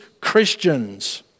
Christians